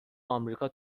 امریکا